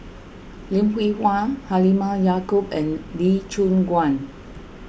Lim Hwee Hua Halimah Yacob and Lee Choon Guan